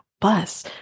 bus